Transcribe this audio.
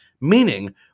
Meaning